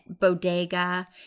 bodega